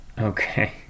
Okay